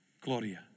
Gloria